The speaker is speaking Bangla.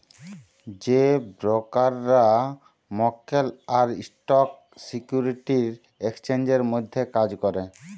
যে ব্রকাররা মক্কেল আর স্টক সিকিউরিটি এক্সচেঞ্জের মধ্যে কাজ ক্যরে